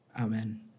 Amen